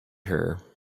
her